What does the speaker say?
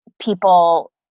people